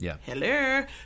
Hello